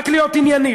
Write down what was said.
רק להיות ענייני,